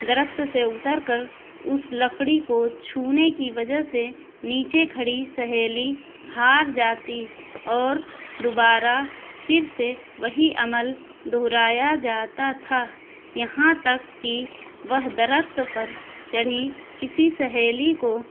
درخت سے اتر کر اس لکڑی کو چھونے کی وجہ سے نیچے کھڑی سہیلی ہار جاتی اور دوبارہ پھر سے وہی عمل دہرایا جاتا تھا یہاں تک کہ وہ درخت پر چڑھی کسی سہیلی کو